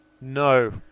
No